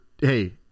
hey